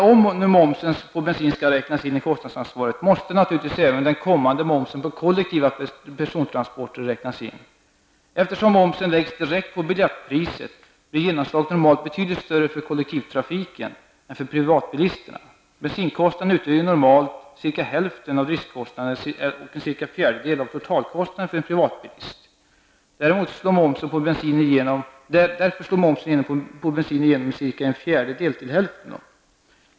Om nu momsen på bensin skall räknas in i kostnadsansvaret måste naturligtvis även den kommande momsen på kollektiva persontransporter räknas in. Eftersom momsen läggs direkt på biljettpriset, blir genomslaget normalt betydligt större för kollektivtrafiken än för privatbilismen. Bensinkostnaden utgör ju normalt cirka hälften av driftskostnaden och cirka en fjärdedel av totalkostnaden för en privatbilist. Därmed slår momsen på bensinen igenom med cirka en fjärdedel till hälften.